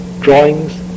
drawings